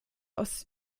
aus